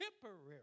temporary